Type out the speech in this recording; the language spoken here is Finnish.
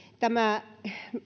tämä